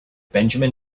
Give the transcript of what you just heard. benjamin